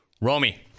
Romy